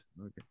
Okay